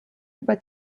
über